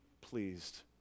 pleased